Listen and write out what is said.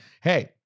Hey